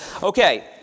Okay